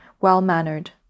well-mannered